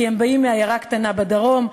כי הם באים מעיירה קטנה בדרום,